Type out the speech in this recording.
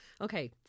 Okay